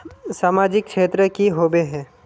सामाजिक क्षेत्र की होबे है?